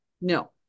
no